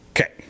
Okay